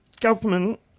government